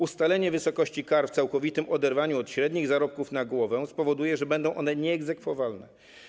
Ustalenie wysokości kar w całkowitym oderwaniu od średnich zarobków na głowę spowoduje, że będą one nieegzekwowalne.